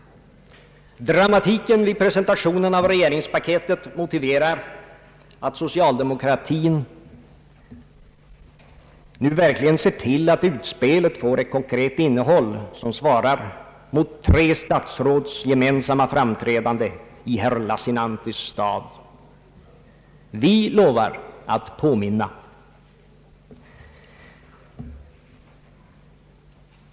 Dramatiken vid presentationen av regeringspaketet motiverar att socialdemokraterna nu verkligen ser till att utspelet får ett konkret innehåll, som svarar mot tre statsråds gemensamma framträdande i herr Lassinanttis stad. Vi lovar att påminna.